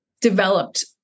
developed